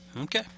Okay